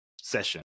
session